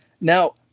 Now